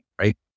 right